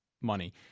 money